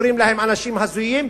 שקוראים להם אנשים הזויים,